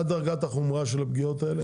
מה דרגת החומרה של הפגיעות האלה?